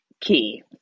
key